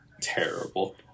terrible